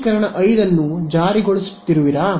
ಸಮೀಕರಣ 5 ಅನ್ನು ಜಾರಿಗೊಳಿಸುತ್ತಿರುವಿರಾ